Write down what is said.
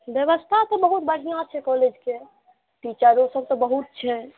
व्यवस्था तऽ बहुत बढ़ियाँ छै कॉलेजके टीचरो सभ तऽ बहुत छै